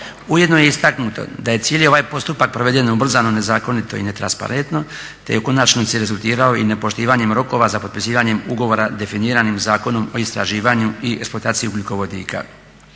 Ujedno je i istaknuto da je cijeli ovaj postupak proveden ubrzano, nezakonito i netransparentno te je u konačnici rezultirao i nepoštivanjem rokova za potpisivanjem ugovora definiranim Zakonom o istraživanju i eksploataciji ugljikovodika.